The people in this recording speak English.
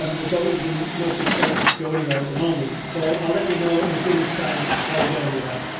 um the boat is in no fit state to go anywhere at the moment so i'll let you know in a few months time how we get on with that.